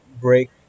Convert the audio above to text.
break